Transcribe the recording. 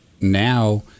now